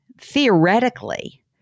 theoretically